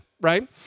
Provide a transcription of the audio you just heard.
right